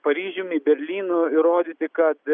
paryžiumi berlynu įrodyti kad